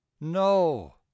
no